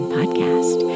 Podcast